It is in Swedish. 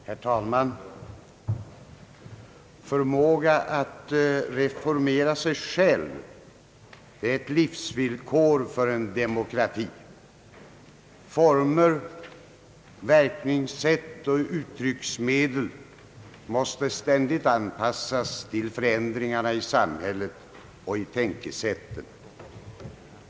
Herr talman! Förmåga att reformera sig själv är ett livsvillkor för en demokrati. Former, verkningssätt och uttrycksmedel måste ständigt anpassas till förändringarna i samhället och i tänkesätten.